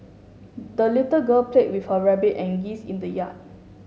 the little girl played with her rabbit and geese in the yard